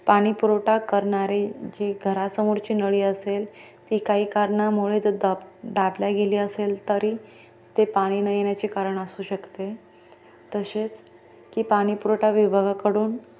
पाणी पुरवठा करणारी जी घरासमोरची नळी असेल ती काही कारणामुळे जर दाब दाबली गेली असेल तरी ते पाणी न येण्याचे कारण असू शकते तसेच की पाणी पुरवठा विभागाकडून